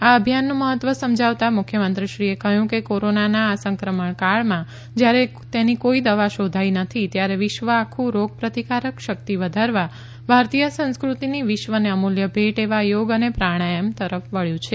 આ અભિયાનનું મહત્વ સમજાવતા મુખ્યમંત્રીશ્રીએ કહ્યું કે કોરોનાના આ સંક્રમણ કાળમાં જ્યારે તેની કોઈ દવા શોધાઈ નથી ત્યારે વિશ્વ આખુ રોગ પ્રતિકારક શક્તિ વધારવા ભારતીય સંસ્કૃતિની વિશ્વને અમુલ્ય ભેટ એવા યોગ પ્રાણાયમ તરફ વબ્યું છે